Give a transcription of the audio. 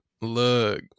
look